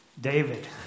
David